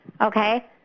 Okay